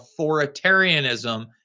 authoritarianism